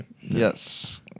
Yes